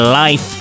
life